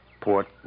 Port